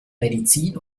medizin